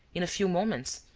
in a few moments,